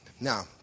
Now